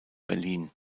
berlin